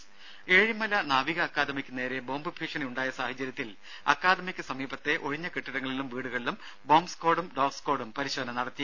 ദര ഏഴിമല നാവിക അക്കാദമിക്ക് നേരെ ബോബ് ഭീഷണി ഉണ്ടായ സാഹചര്യത്തിൽ അക്കാദമിക്ക് സമീപത്തെ ഒഴിഞ്ഞ കെട്ടിടങ്ങളിലും വീടുകളിലും ബോംബ് സ്ക്വാഡും ഡോഗ് സ്ക്വാഡും പരിശോധന നടത്തി